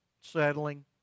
settling